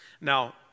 Now